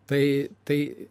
tai tai